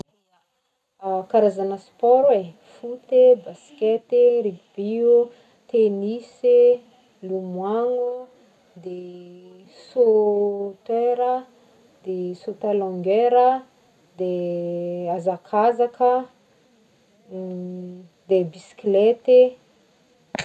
Karazagna sport e, foot e, basket e, rugby o, tennis e, lomoagno, de de saut hauteur, de saut à longueur, de hazakazaka, de bisiklety.